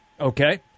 Okay